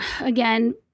again